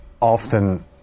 often